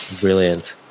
Brilliant